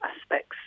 aspects